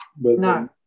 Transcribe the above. No